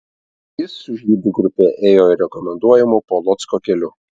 jis su žydų grupe ėjo rekomenduojamu polocko keliu